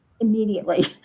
immediately